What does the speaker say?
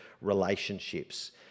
relationships